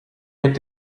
mit